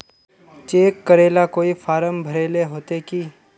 Cheque करेला कोई form भरेले होते की?